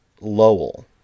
Lowell